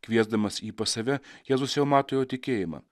kviesdamas jį pas save jėzus jau mato jo tikėjimą